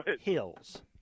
Hills